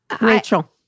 Rachel